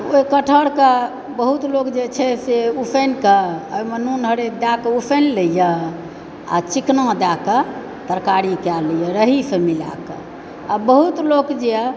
तऽ ओहि कटहरके बहुत लोग जे छै से कटहरके उसनिकऽ ओहिमे नून हरैदि दए कऽ उसनि लैइया आओर चिकना दए कऽ तरकारी कए लइए रऽहीसँ मिलाके आओर बहुत लोक जे अइ